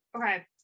Okay